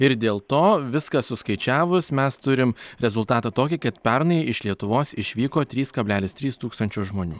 ir dėl to viską suskaičiavus mes turim rezultatą tokį kad pernai iš lietuvos išvyko trys kablelis trys tūkstančio žmonių